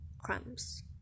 Crumbs